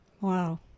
Wow